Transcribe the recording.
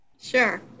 Sure